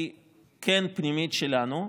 היא כן פנימית שלנו,